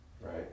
Right